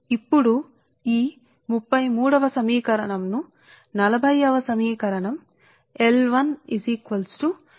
ఇది ఇప్పుడు సమీకరణం 33 మరియు తరువాత నేను సమీకరణం 40 ను ఉంచితేL1 అంటేL1 L11 మైనస్ M12 కు సమానం